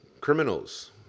Criminals